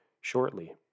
shortly